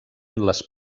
les